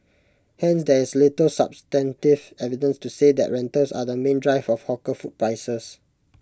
hence there is little substantive evidence to say that rentals are the main driver of hawker food prices